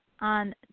on